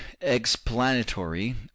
explanatory